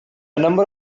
number